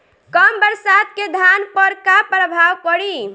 कम बरसात के धान पर का प्रभाव पड़ी?